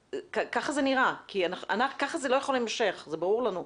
ככה זה לא יכול להימשך, זה ברור לנו.